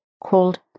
called